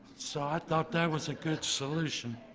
so i thought that was a good solution.